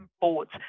boards